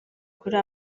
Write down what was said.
kuri